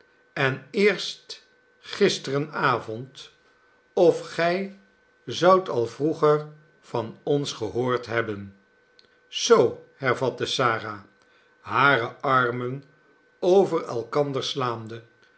en eerst gisterenavond of gij zoudt al vroeger van ons gehoord hebben zoo hervatte sara hare armen over elkander slaande